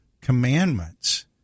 commandments